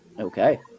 Okay